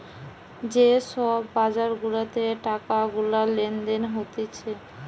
যে সব বাজার গুলাতে টাকা গুলা লেনদেন হতিছে